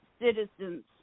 citizens